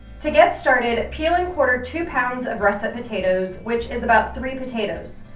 to get started, peel and quarter two pounds of russet potatoes, which is about three potatoes.